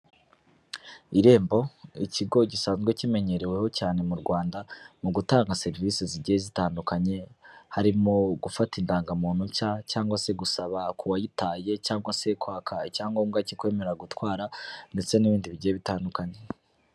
Irembo ikigo gisanzwe kimenyereweho cyane mu Rwanda mu gutanga serivisi zigiye zitandukanye, harimo gufata indangamuntu nshya cyangwa se gusaba kuwayitaye cyangwa se kwaka icyangombwa kikwemera gutwara ndetse n'ibindi bigiye bitandukanye.